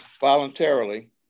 voluntarily